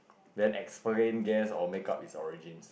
then explain guess or make up its origins